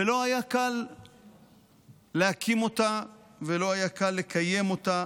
ולא היה קל להקים אותה ולא היה קל לקיים אותה,